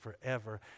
forever